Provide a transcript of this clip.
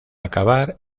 acabar